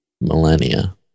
millennia